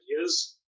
ideas